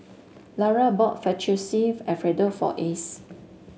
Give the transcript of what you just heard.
Lara bought Fettuccine Alfredo for Ace